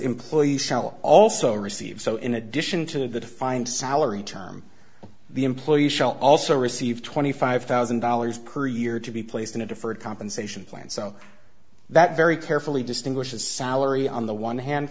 employees shall also receive so in addition to the defined salary term the employee shall also receive twenty five thousand dollars per year to be placed in a deferred compensation plan so that very carefully distinguishes salary on the one hand